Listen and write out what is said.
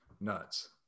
Nuts